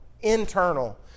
internal